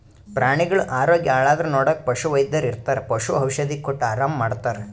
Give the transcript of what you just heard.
ಪ್ರಾಣಿಗಳ್ ಆರೋಗ್ಯ ಹಾಳಾದ್ರ್ ನೋಡಕ್ಕ್ ಪಶುವೈದ್ಯರ್ ಇರ್ತರ್ ಪಶು ಔಷಧಿ ಕೊಟ್ಟ್ ಆರಾಮ್ ಮಾಡ್ತರ್